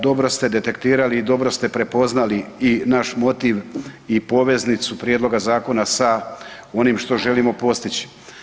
Dobro ste detektirali i dobro ste prepoznali i naš motiv i poveznicu prijedloga zakona sa onim što želimo postići.